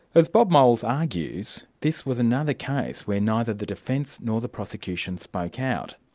as bob moles argues, this was another case where neither the defence nor the prosecution spoke out,